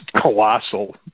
colossal